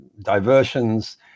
diversions